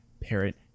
Parrot